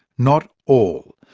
not all.